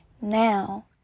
Now